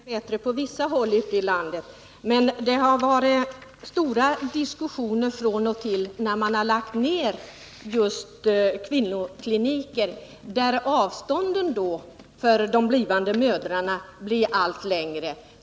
Herr talman! Det är möjligt att det är bättre på vissa håll ute i landet, men det har varit väldiga diskussioner från och till när man har lagt ner kvinnokliniker och avstånden för de blivande mödrarna blivit allt längre.